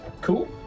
Cool